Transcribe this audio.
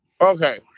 Okay